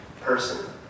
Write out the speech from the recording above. person